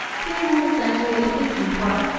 his was essentially a thinking part.